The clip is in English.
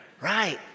Right